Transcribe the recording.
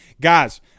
Guys